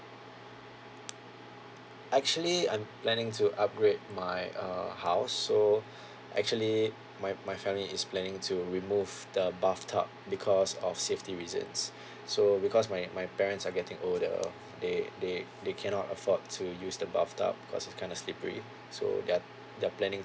actually I'm planning to upgrade my uh house so actually my my family is planning to remove the bathtub because of safety reasons so because my my parents are getting older they they they cannot afford to use the bathtub because it's kind of slippery so they're they're planning